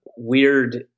weird